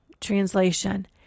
translation